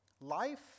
Life